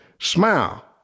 Smile